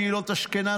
קהילות אשכנז,